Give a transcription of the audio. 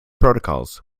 protocols